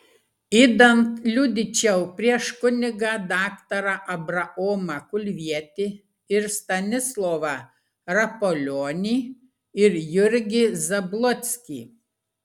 idant liudyčiau prieš kunigą daktarą abraomą kulvietį ir stanislovą rapolionį ir jurgį zablockį